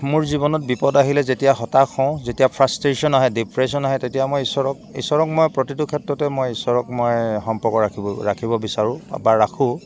মোৰ জীৱনত বিপদ আহিলে যেতিয়া হতাশ হওঁ যেতিয়া ফাৰ্ষ্টেশ্যন আহে ডিপ্ৰেশ্যন আহে তেতিয়া মই ঈশ্বৰক ঈশ্বৰক মই প্ৰতিটো ক্ষেত্ৰতে মই ঈশ্বৰক মই সম্পৰ্ক ৰাখিব ৰাখিব বিচাৰোঁ বা ৰাখোঁ